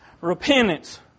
repentance